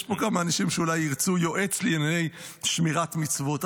יש פה כמה אנשים שאולי ירצו יועץ לענייני שמירת מצוות.